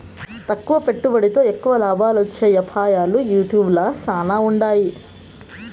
తక్కువ పెట్టుబడితో ఎక్కువ లాబాలొచ్చే యాపారాలు యూట్యూబ్ ల శానా ఉండాయి